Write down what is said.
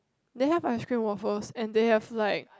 they have ice cream waffles and they have like